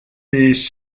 des